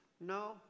No